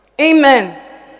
Amen